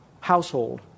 household